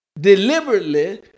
deliberately